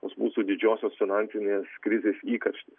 tos mūsų didžiosios finansinės krizės įkarštis